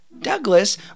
Douglas